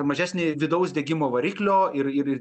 mažesnį vidaus degimo variklio ir ir ir